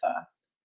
first